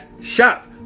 Shop